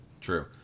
True